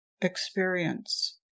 experience